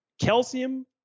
calcium